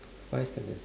five sentence